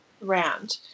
round